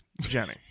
Jenny